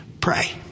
pray